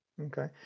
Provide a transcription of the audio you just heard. Okay